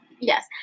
Yes